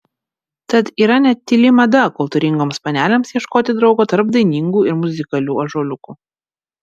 tad yra net tyli mada kultūringoms panelėms ieškoti draugo tarp dainingų ir muzikalių ąžuoliukų